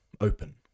open